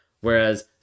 whereas